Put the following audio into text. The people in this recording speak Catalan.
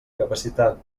capacitat